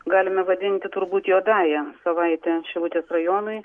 galime vadinti turbūt juodąja savaite šilutės rajonui